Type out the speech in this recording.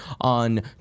On